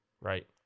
right